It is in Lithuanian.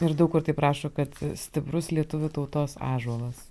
ir daug kur taip rašo kad stiprus lietuvių tautos ąžuolas